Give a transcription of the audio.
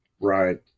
Right